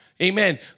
Amen